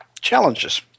challenges